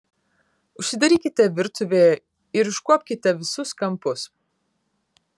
užsidarykite virtuvėje ir iškuopkite visus kampus